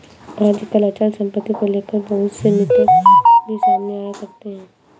आजकल अचल सम्पत्ति को लेकर बहुत से मिथक भी सामने आया करते हैं